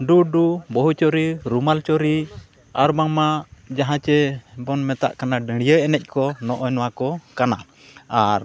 ᱰᱩᱰᱩ ᱵᱟᱹᱦᱩ ᱪᱩᱨᱤ ᱨᱩᱢᱟᱞ ᱪᱩᱨᱤ ᱟᱨ ᱵᱟᱝᱢᱟ ᱡᱟᱦᱟᱸ ᱪᱮ ᱵᱚᱱ ᱢᱮᱛᱟᱜ ᱠᱟᱱᱟ ᱰᱟᱹᱲᱭᱟᱹ ᱮᱱᱮᱡ ᱠᱚ ᱱᱚᱜᱼᱚᱸᱭ ᱱᱚᱣᱟ ᱠᱚ ᱠᱟᱱᱟ ᱟᱨ